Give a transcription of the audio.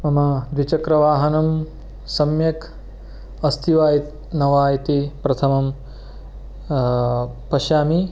मम द्विचक्रवाहनं सम्यक् अस्ति वा इ न वा इति प्रथमं पश्यामि